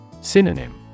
Synonym